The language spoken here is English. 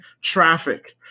traffic